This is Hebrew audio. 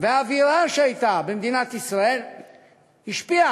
והאווירה שהייתה במדינת ישראל השפיעה,